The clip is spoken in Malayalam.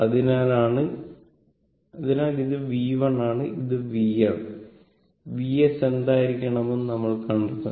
അതിനാൽ ഇത് V1 ആണ് ഇത് V ആണ് Vs എന്തായിരിക്കുമെന്ന് നമ്മൾ കണ്ടെത്തണം